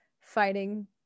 fighting